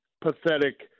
pathetic